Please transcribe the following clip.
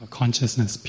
consciousness